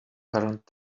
current